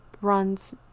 runs